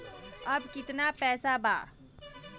अब कितना पैसा बा?